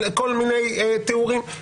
כל מיני תיאורים,